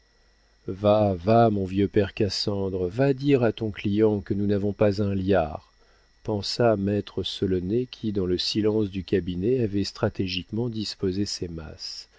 va va mon vieux père cassandre va dire à ton client que nous n'avons pas un liard pensa maître solonet qui dans le silence du cabinet avait stratégiquement disposé ses masses